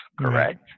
Correct